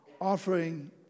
offering